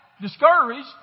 discouraged